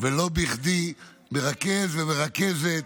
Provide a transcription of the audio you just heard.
ולא בכדי, מרכז ומרכזת.